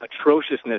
atrociousness